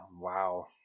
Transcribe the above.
Wow